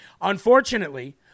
Unfortunately